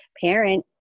parent